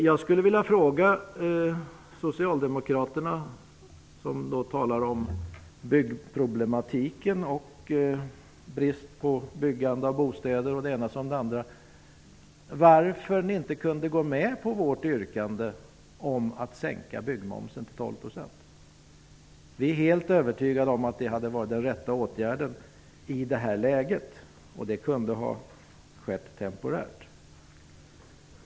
Jag skulle vilja fråga Socialdemokraterna -- som talar om byggproblematiken, byggande av bostäder och annat -- varför ni inte kunde gå med på vårt yrkande om att sänka byggmomsen till 12 %. Vi är helt övertygade om att det hade varit den rätta åtgärden i detta läge, och det kunde ha gjorts temporärt.